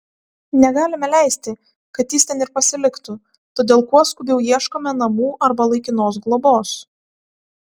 negalime leisti kad jis ten ir pasiliktų todėl kuo skubiau ieškome namų arba laikinos globos